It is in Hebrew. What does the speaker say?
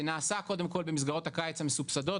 זה נעשה קודם כל במסגרות הקיץ המסובסדות,